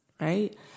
right